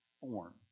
form